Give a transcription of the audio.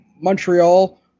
Montreal